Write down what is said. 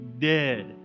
dead